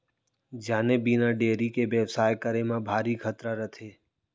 जाने बिना डेयरी के बेवसाय करे म भारी खतरा रथे